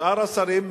שאר השרים,